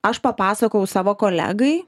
aš papasakojau savo kolegai